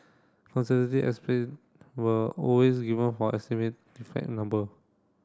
conservative were always given for estimate number